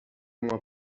uma